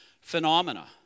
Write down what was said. phenomena